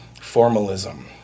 formalism